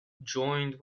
joined